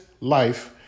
life